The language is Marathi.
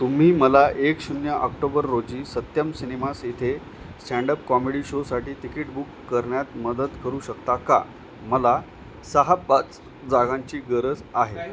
तुम्ही मला एक शून्य ऑक्टोबर रोजी सत्यम सिनेमास इथे स्टँडअप कॉमेडी शोसाठी तिकीट बुक करण्यात मदत करू शकता का मला सहा पाच जागांची गरज आहे